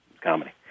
comedy